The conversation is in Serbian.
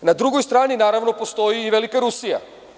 Na drugoj strani postoji i velika Rusija.